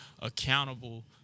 accountable